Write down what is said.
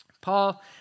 Paul